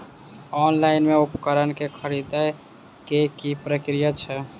Online मे उपकरण केँ खरीदय केँ की प्रक्रिया छै?